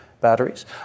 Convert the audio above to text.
batteries